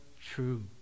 true